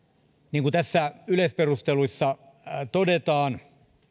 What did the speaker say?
niin kuin hallituksen esityksen yleisperusteluissa todetaan